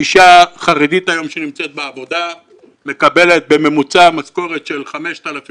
אישה חרדית שנמצאת היום בעבודה מקבלת בממוצע משכורת של 5,000,